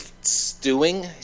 Stewing